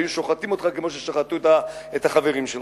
היו שוחטים אותך כמו ששחטו את החברים שלך.